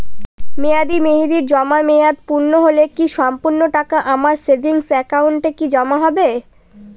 মেয়াদী মেহেদির জমা মেয়াদ পূর্ণ হলে কি সম্পূর্ণ টাকা আমার সেভিংস একাউন্টে কি জমা হবে?